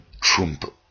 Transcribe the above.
Trump